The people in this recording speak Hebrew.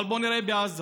אבל בואו נראה בעזה.